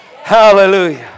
Hallelujah